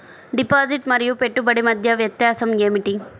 Deposit మరియు పెట్టుబడి మధ్య వ్యత్యాసం ఏమిటీ?